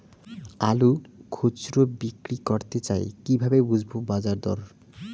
আলু খুচরো বিক্রি করতে চাই কিভাবে বুঝবো বাজার দর?